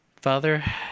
Father